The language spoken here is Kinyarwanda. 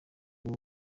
rwo